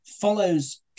follows